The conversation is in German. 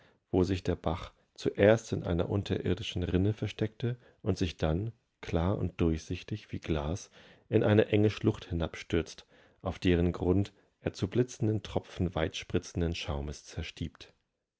wo sich der bach zuerst in einer unterirdischen rinne versteckte und sich dann klar und durchsichtig wie glas in eine enge schlucht hinabstürzt auf deren grund er zu blitzenden tropfen weitspritzenden schaumes zerstiebt